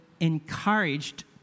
encouraged